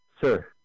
Sir